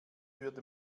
würde